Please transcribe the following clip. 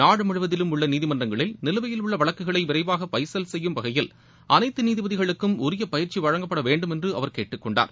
நாடு முழுவதிலும் உள்ள நீதிமன்றங்களில் நிலுவையில் உள்ள வழக்குகளை விரைவாக பைசல் செய்யும் வகையில் அனைத்து நீதிபதிகளுக்கும் உரிய பயிற்சி வழங்கப்பட வேண்டும் என்று அவர் கேட்டுக் கொண்டார்